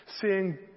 Seeing